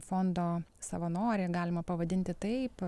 fondo savanorė galima pavadinti taip